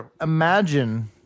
imagine